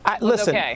Listen